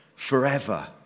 Forever